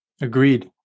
Agreed